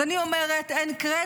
אז אני אומרת: אין קרדיט.